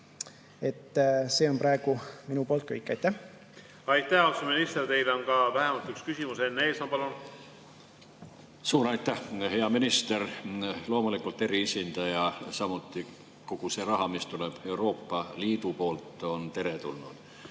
See on praegu minu poolt kõik. Aitäh! Aitäh, austatud minister! Teile on ka vähemalt üks küsimus. Enn Eesmaa, palun! Suur aitäh! Hea minister! Loomulikult on eriesindaja, samuti kogu see raha, mis tuleb Euroopa Liidult, teretulnud.